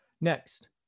Next